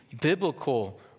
biblical